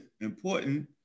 important